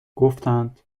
گفتند